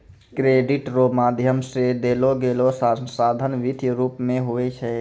credit रो माध्यम से देलोगेलो संसाधन वित्तीय रूप मे हुवै छै